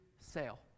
sale